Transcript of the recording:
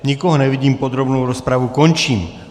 Nikoho nevidím, podrobnou rozpravu končím.